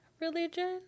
religion